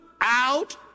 out